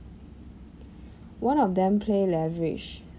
one of them play leverage